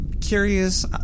curious